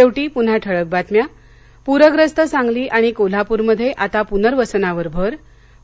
शेवटी पुन्हा ठळक बातम्या पूरग्रस्त सांगली आणि कोल्हापूरमध्ये आता पूनर्वसानावर भर